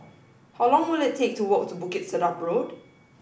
how long will it take to walk to Bukit Sedap Road